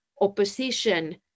opposition